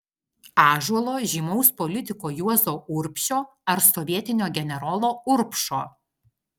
ąžuolo žymaus politiko juozo urbšio ar sovietinio generolo urbšo